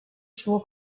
suo